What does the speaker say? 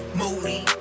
moody